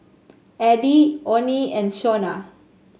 Addie Onnie and Shonna